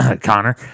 Connor